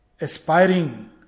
aspiring